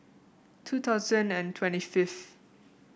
two thousand and twenty fifth